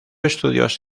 estudios